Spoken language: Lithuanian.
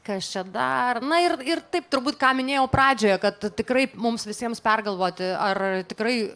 kas čia dar na ir ir taip turbūt ką minėjau pradžioje kad tikrai mums visiems pergalvoti ar tikrai